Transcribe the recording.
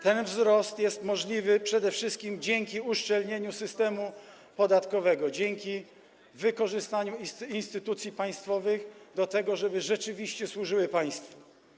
Ten wzrost jest możliwy przede wszystkim dzięki uszczelnieniu systemu podatkowego, dzięki wykorzystaniu instytucji państwowych do tego, żeby rzeczywiście służyły państwu.